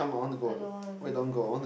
I don't want